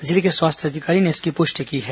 जिले के स्वास्थ्य अधिकारी ने इसकी पुष्टि की है